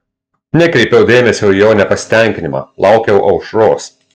nekreipiau dėmesio į jo nepasitenkinimą laukiau aušros